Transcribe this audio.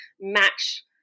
match